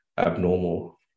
abnormal